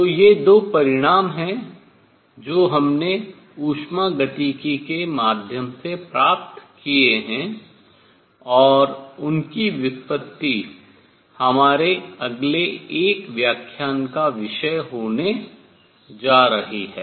तो ये दो परिणाम हैं जो हमने उष्मागतिकी के माध्यम से प्राप्त किए हैं और उनकी व्युत्पत्ति हमारे अगले एक व्याख्यान का विषय होने जा रही है